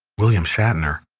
william shatner,